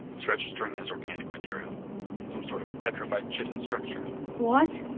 it's registering as organic material some sort of petrified chitin structure what?